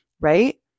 right